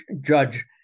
judge